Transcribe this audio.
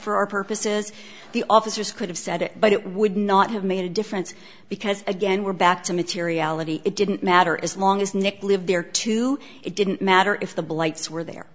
for our purposes the officers could have said it but it would not have made a difference because again we're back to materiality it didn't matter as long as nick lived there too it didn't matter if the blights were there